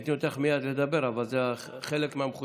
הייתי נותן לך מייד לדבר, אבל זה חלק מהמחויבות.